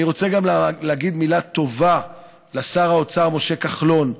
אני רוצה להגיד מילה טובה גם לשר האוצר משה כחלון,